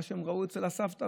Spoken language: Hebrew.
מה שהם ראו אצל הסבתא,